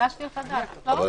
הגשתי חדש, לא?